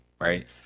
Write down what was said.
right